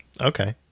Okay